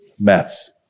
mess